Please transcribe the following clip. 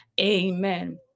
amen